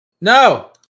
No